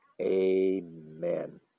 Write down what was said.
amen